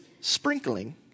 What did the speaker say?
sprinkling